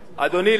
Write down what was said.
אדוני,